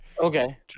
Okay